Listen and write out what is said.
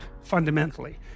fundamentally